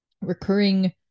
recurring